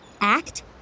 act